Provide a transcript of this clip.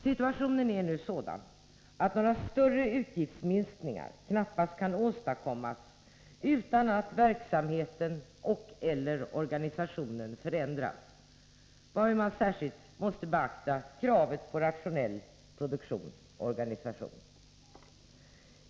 Situationen är nu sådan att några större utgiftsminskningar knappast kan åstadkommas utan att verksamheten och/eller organisationen förändras, varvid man särskilt måste beakta kravet på rationell produktion och organisation.